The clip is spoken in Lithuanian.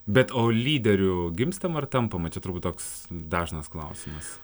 bet o lyderiu gimstama ar tampama čia turbūt toks dažnas klausimas